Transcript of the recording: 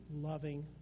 loving